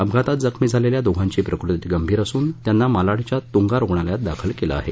अपघातात जखमी झालेल्या दोघांची प्रकृती गंभीर असून त्यांना मालाडच्या तुंगा रुग्णालयात दाखल केलं आहे